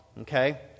okay